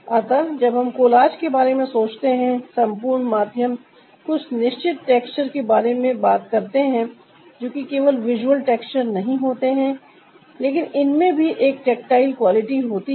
अतः जब हम कोलाज के बारे में सोचते हैं संपूर्ण माध्यम कुछ निश्चित टेक्सचर के बारे में बात करते हैं जो कि केवल विजुअल टेक्सचर नहीं होते हैं लेकिन इनमें भी एक टक्टाइल क्वालिटी होती है